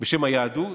בשם היהדות,